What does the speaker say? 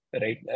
right